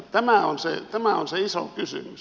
tämä on se iso kysymys